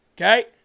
Okay